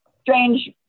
strange